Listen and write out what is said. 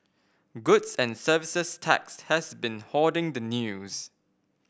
goods and Services Tax has been hoarding the news